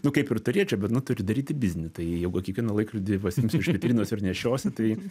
nu kaip ir turėčiau bet nu turiu daryti biznį tai jeigu kiekvieną laikrodį pasiimsiu iš vitrinos ir nešiosiu tai